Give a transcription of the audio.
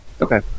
Okay